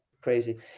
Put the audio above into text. crazy